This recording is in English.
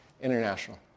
International